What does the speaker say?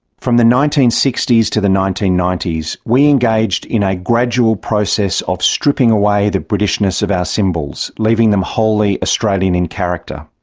from the nineteen sixty s to the nineteen ninety s, we engaged in a gradual process of stripping away the britishness of our symbols, leaving them wholly australian in character.